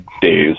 days